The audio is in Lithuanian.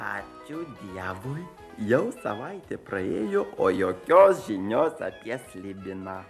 ačiū dievui jau savaitė praėjo o jokios žinios apie slibiną